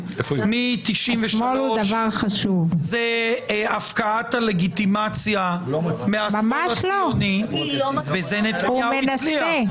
מ-93' הוא הפקעת הלגיטימציה מהשמאל הציוני וזה מצליח.